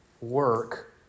work